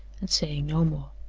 and saying no more.